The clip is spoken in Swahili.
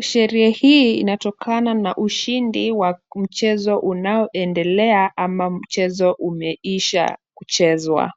Sherehe hii inatokana na ushindi wa mchezo unaoendelea ama mchezo umeisha kuchezwa.